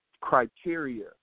criteria